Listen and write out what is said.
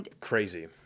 Crazy